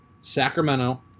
Sacramento